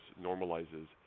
normalizes